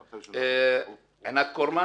כאן, עינת קורמן.